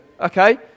Okay